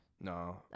No